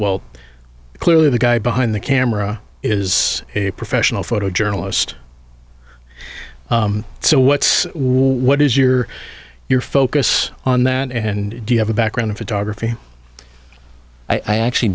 clearly the guy behind the camera is a professional photojournalist so what's what is your your focus on that and do you have a background in photography i actually